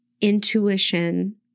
intuition